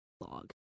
log